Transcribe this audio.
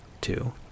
two